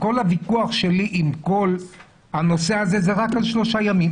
כל הוויכוח שלי בנושא הזה הוא רק על שלושה ימים.